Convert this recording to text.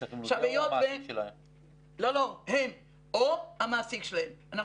הם או המעסיק שלהם.